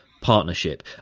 partnership